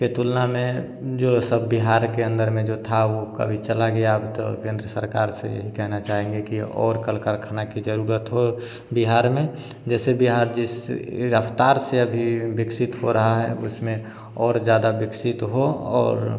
के तुलना में जो सब बिहार के अंदर में जो था वो कभी चला गया अब तो केंद्र सरकार से यही कहना चाहेंगे कि और कल कारख़ाना की ज़रूरत हो बिहार में जैसे बिहार जिस रफ़्तार से अभी विकसित हो रहा हैं उस में और ज़्यादा विकसित हो